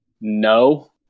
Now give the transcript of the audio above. no